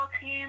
team